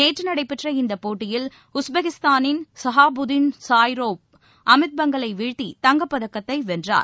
நேற்று நடைபெற்ற இந்தப் போட்டியில் உஸ்பெக்கிஸ்தானின் சஹாபுதின் ஸாய்ரோவ் அமித் பங்கலை வீழ்த்தி தங்கப்பதக்கத்தை வென்றார்